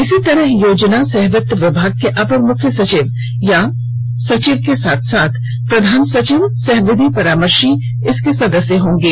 इसी तरह योजना सह वित्त विभाग के अपर मुख्य सचिव अथवा सचिव के साथ साथ प्रधान सचिव सह विधि परामर्शी इसके सदस्य होंगे